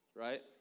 right